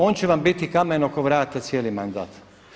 On će vam biti kamen oko vrata cijeli mandat.